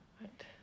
Right